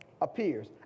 appears